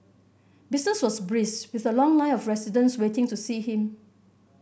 business was brisk with a long line of residents waiting to see him